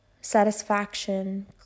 satisfaction